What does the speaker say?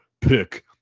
pick